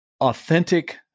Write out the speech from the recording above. authentic